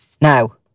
Now